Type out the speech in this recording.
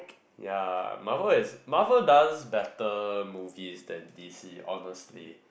ya Marvel is Marvel does better movie than DC honestly